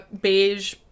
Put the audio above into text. beige